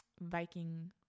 Viking